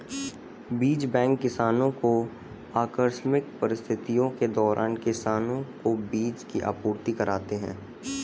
बीज बैंक किसानो को आकस्मिक परिस्थितियों के दौरान किसानो को बीज की आपूर्ति कराते है